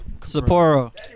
Sapporo